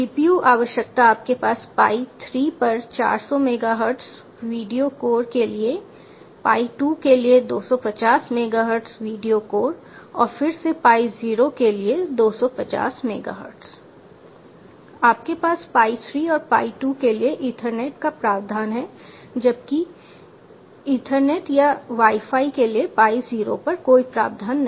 GPU आवश्यकताएं आपके पास पाई 3 पर 400 मेगाहर्ट्ज़ वीडियो कोर के लिए पाई 2 के लिए 250 मेगाहर्ट्ज़ वीडियो कोर और फिर से पाई 0 के लिए 250 मेगाहर्ट्ज़ आपके पास पाई 3 और पाई 2 के लिए ईथरनेट का प्रावधान है जबकि ईथरनेट या वाई फाई के लिए पाई 0 पर कोई प्रावधान नहीं है